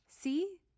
See